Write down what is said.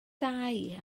dau